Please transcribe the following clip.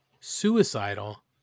suicidal